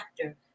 factor